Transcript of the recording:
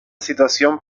situación